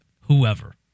whoever